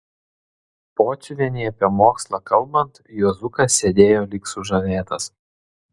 pociuvienei apie mokslą kalbant juozukas sėdėjo lyg sužavėtas